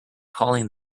calling